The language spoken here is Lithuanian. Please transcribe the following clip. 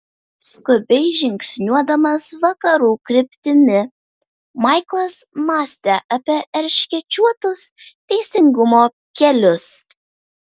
skubiai žingsniuodamas vakarų kryptimi maiklas mąstė apie erškėčiuotus teisingumo kelius